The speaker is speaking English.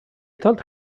told